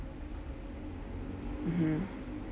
mmhmm